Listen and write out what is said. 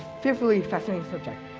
fearfully fascinating subject.